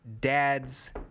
dad's